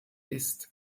ist